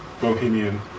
bohemian